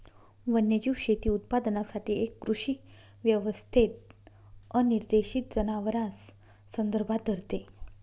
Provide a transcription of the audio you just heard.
वन्यजीव शेती उत्पादनासाठी एक कृषी व्यवस्थेत अनिर्देशित जनावरांस संदर्भात धरते